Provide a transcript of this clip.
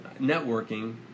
networking